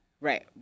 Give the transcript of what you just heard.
Right